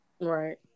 right